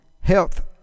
health